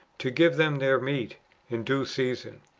to give them their meat in due season?